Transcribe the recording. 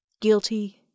Guilty